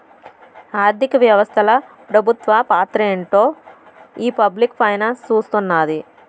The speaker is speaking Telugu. ఆర్థిక వ్యవస్తల పెబుత్వ పాత్రేంటో ఈ పబ్లిక్ ఫైనాన్స్ సూస్తున్నాది